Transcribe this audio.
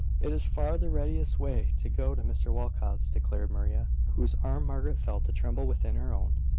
it is far the readiest way to go to mr walcot's, declared maria, whose arm margaret felt to tremble within her own.